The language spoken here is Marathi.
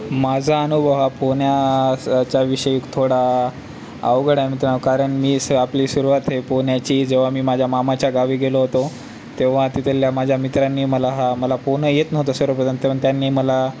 माझा अनुभव हा पोहण्याच्या विषयी थोडा अवघड आहे कारण मी स आपली सुरुवात हे पोहण्याची जेव्हा मी माझ्या मामाच्या गावी गेलो होतो तेव्हा तिथल्या माझ्या मित्रांनी मला हा मला पोहणं येत नव्हतं सर्व त्यांनी मला